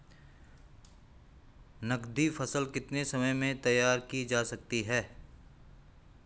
नगदी फसल कितने समय में तैयार की जा सकती है?